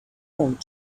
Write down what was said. want